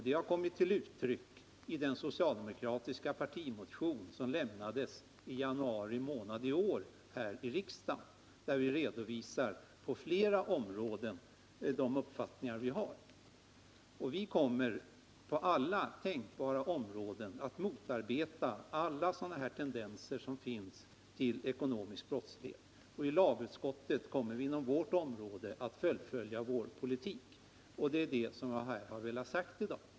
Det har kommit till uttryck i den socialdemokratiska partimotion som inlämnades i januari månad i år. I den redovisar vi våra uppfattningar på flera områden i fråga om ekonomisk brottslighet. Vi kommer också att på alla tänkbara områden motarbeta de tendenser till ekonomisk brottslighet som förekommer. Också i lagutskottet kommer vi att fullfölja vår politik. Det är kontentan av det jag har anfört här i dag.